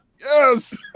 Yes